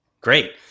Great